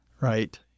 right